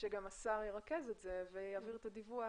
שגם השר ירכז את זה ויעביר את הדיווח.